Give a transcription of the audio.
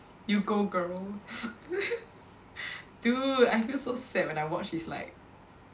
you go girl dude I feel so sad when I watch is like